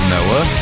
Noah